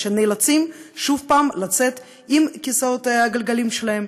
שנאלצים לצאת שוב עם כיסאות הגלגלים שלהם,